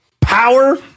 power